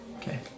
Okay